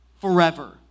forever